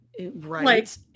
Right